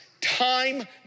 Time